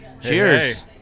cheers